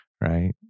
right